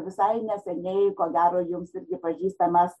visai neseniai ko gero jums irgi pažįstamas